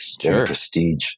prestige